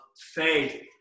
faith